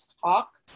talk